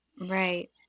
Right